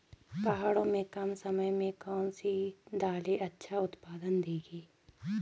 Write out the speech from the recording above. पहाड़ों में कम समय में कौन सी दालें अच्छा उत्पादन देंगी?